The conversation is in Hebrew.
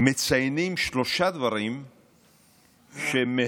מציינים שלושה דברים שבהם